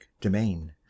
domain